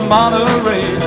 Monterey